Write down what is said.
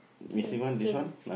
K okay the